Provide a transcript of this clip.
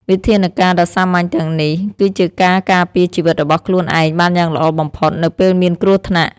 វិធានការណ៍ដ៏សាមញ្ញទាំងនេះគឺជាការការពារជីវិតរបស់ខ្លួនឯងបានយ៉ាងល្អបំផុតនៅពេលមានគ្រោះថ្នាក់។